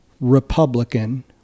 Republican